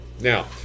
Now